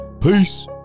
Peace